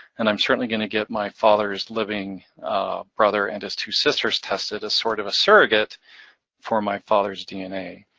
and i'm certainly going to get my father's living brother and his two sisters tested tested as sort of a surrogate for my father's dna.